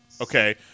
Okay